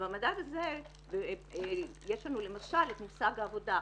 ובמדד הזה יש לנו למשל את מושג העבודה.